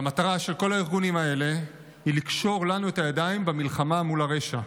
והמטרה של כל הארגונים האלה היא לקשור לנו את הידיים במלחמה מול הרשע.